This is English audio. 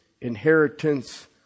inheritance